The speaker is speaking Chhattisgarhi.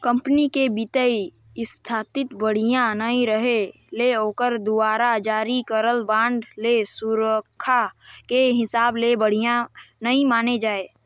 कंपनी के बित्तीय इस्थिति बड़िहा नइ रहें ले ओखर दुवारा जारी करल बांड ल सुरक्छा के हिसाब ले बढ़िया नइ माने जाए